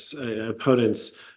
opponents